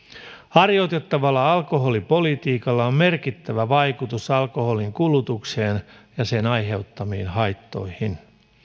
harjoitettavalla alkoholipolitiikalla on merkittävä vaikutus alkoholinkulutukseen ja sen aiheuttamiin haittoihin